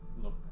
look